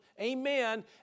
amen